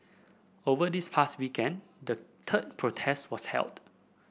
over this past weekend the third protest was held